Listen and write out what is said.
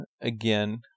again